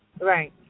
Right